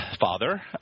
father